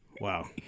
Wow